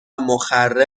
مخرب